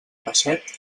peixet